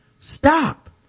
stop